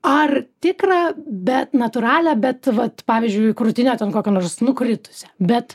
ar tikrą bet natūralią bet vat pavyzdžiui krūtinė ten kokia nors nukritusi bet